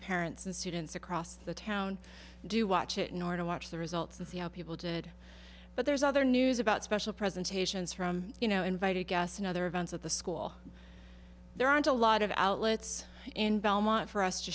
parents and students across the town do watch it in order to watch the results of see how people did but there's other news about special presentations from you know invited guests in other events at the school there aren't a lot of outlets in belmont for us to